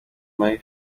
marie